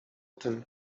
tym